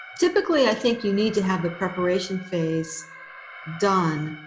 typically, i think you need to have the preparation phase done